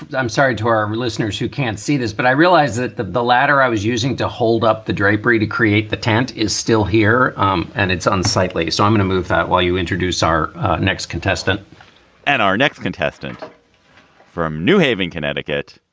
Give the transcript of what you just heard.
i'm sorry to our listeners who can't see this, but i realize that the the latter i was using to hold up the drapery to create the tent is still here um and it's unsightly so i'm going to move that while you introduce our next contestant and our next contestant from new haven, connecticut.